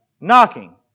knocking